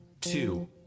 two